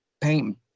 paint